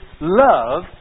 love